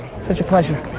such a pleasure.